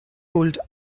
pulled